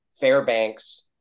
Fairbanks